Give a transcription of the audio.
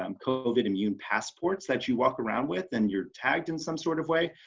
um covid immune passports that you walk around with and you're tagged in some sort of way.